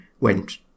went